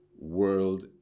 world